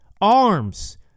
Arms